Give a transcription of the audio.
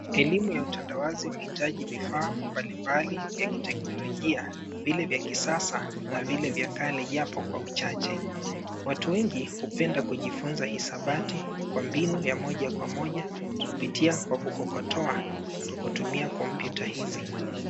Elimu ya utandawazi huitaji vifaa mbalimbali vya kiteknolojia vile vya kisasa na vile vya kale japo kwa uchache. Watu wengi hupenda kujifunza hisabati kwa mbinu ya moja kwa moja kupitia kwa kokotoa kwa kutumia kompyuta hizi.